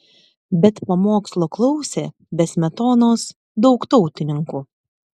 bet pamokslo klausė be smetonos daug tautininkų